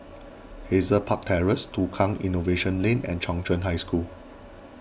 Hazel Park Terrace Tukang Innovation Lane and Chung Cheng High School